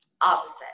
opposite